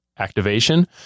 Activation